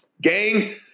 Gang